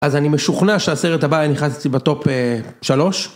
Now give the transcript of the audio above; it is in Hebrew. אז אני משוכנע שהסרט הבא היה נכנס אצלי בטופ שלוש